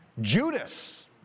Judas